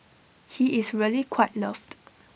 he is really quite loved